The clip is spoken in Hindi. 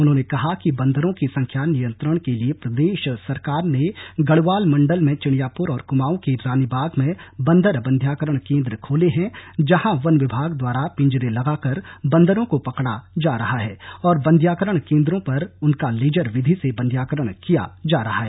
उन्होंने कहा कि बन्दरो की संख्या नियंत्रण के लिए प्रदेश सरकार ने गढवाल मण्डल में चिडियापुर और कुमाऊं के रानीबाग मे बंदर बंध्याकरण केन्द्र खोले है जहां वन विभाग द्वारा पिजरे लगाकर बन्दरो को पकडा जा रहा है और बाध्यिकरण केन्द्रो पर उनका लेजर विधि से बंध्याकरण किया जा रहा है